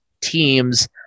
teams